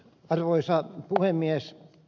arvoisa puhemies